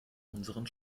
unseren